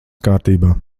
kārtībā